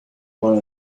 one